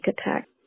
attack